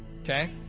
Okay